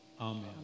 Amen